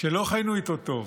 שלא חיינו איתו טוב.